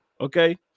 okay